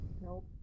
nope